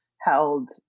held